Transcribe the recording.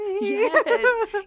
Yes